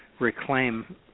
reclaim